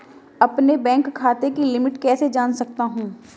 अपने बैंक खाते की लिमिट कैसे जान सकता हूं?